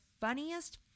funniest